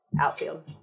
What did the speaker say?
Outfield